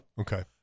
Okay